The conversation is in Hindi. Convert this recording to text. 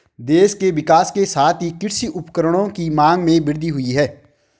देश के विकास के साथ ही कृषि उपकरणों की मांग में वृद्धि हुयी है